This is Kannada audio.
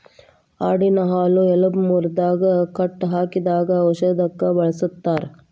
ಆಡಿನ ಹಾಲು ಎಲಬ ಮುರದಾಗ ಕಟ್ಟ ಹಾಕಿದಾಗ ಔಷದಕ್ಕ ಬಳಸ್ತಾರ